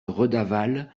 redavalle